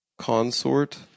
consort